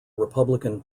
republican